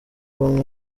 bamwe